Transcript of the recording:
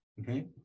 Okay